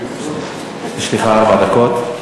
יש לך ארבע דקות.